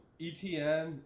ETN